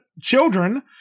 children